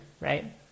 right